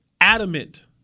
adamant